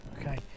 Okay